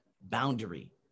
boundary